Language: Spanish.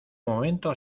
momento